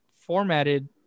formatted